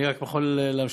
אני רק יכול להמשיך,